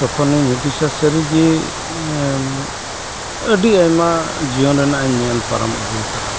ᱛᱚᱠᱷᱚᱱᱤᱧ ᱦᱩᱫᱤᱥᱟ ᱥᱟᱹᱨᱤᱜᱤ ᱟᱹᱰᱤ ᱟᱭᱢᱟ ᱡᱤᱭᱚᱱ ᱨᱮᱱᱟᱜ ᱤᱧ ᱧᱮᱞ ᱯᱟᱨᱚᱢ ᱟᱹᱜᱩ ᱟᱠᱟᱫᱟ